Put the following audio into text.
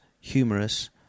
humorous